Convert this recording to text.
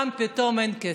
פתאום אין כסף,